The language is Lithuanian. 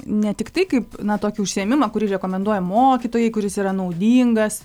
ne tiktai kaip na tokį užsiėmimą kurį rekomenduoja mokytojai kuris yra naudingas